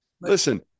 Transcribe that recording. listen